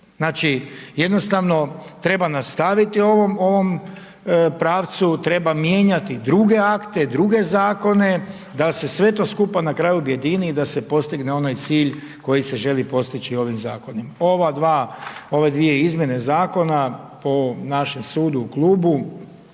Znači, jednostavno treba nastaviti u ovom pravcu, treba mijenjati druge akte, druge Zakone da se sve to skupa na kraju objedini i da se postigne onaj cilj koji se želi postići ovim Zakonima. Ova dva, ove dvije izmjene Zakona po našem sudu u Klubu